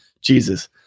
jesus